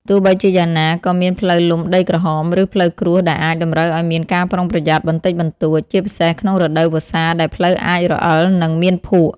ទោះបីជាយ៉ាងណា ក៏មានផ្លូវលំដីក្រហម ឬផ្លូវគ្រួសដែលអាចតម្រូវឲ្យមានការប្រុងប្រយ័ត្នបន្តិចបន្តួច ជាពិសេសក្នុងរដូវវស្សាដែលផ្លូវអាចរអិលនិងមានភក់។